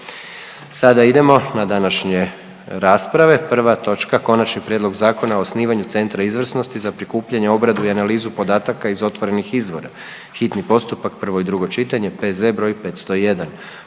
Sada idemo na današnje rasprave, prva točka: - Konačni prijedlog Zakona o osnivanju Centra izvrsnosti za prikupljanje, obradu i analizu podataka iz otvorenih izvora, hitni postupak, prvo i drugo čitanje, P.Z. br. 501.